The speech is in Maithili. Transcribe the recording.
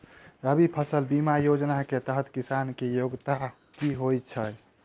रबी फसल बीमा योजना केँ तहत किसान की योग्यता की होइ छै?